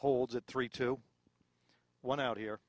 hold it three two one out here